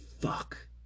fuck